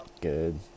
good